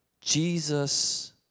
jesus